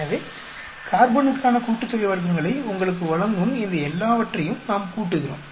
எனவே கார்பனுக்கான கூட்டுத்தொகை வர்க்கங்களை உங்களுக்கு வழங்கும் இந்த எல்லாவற்றையும் நாம் கூட்டுகிறோம்